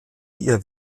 ihr